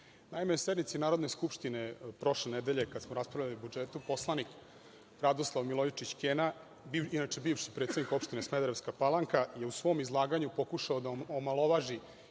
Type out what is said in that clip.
na sednici Narodne skupštine, prošle nedelje, kad smo raspravljali o budžetu, poslanik Radoslav Milojičić Kena, inače bivši predsednik opštine Smederevska Palanka, je u svom izlaganju pokušao da omalovaži